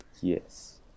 Yes